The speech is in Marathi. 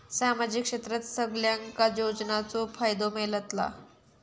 सामाजिक क्षेत्रात सगल्यांका योजनाचो फायदो मेलता?